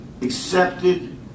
accepted